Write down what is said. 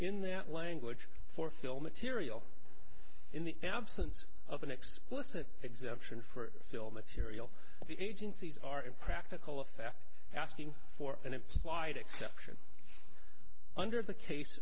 in that language for film material in the absence of an explicit exemption for film material the agencies are in practical effect asking for an implied exception under the case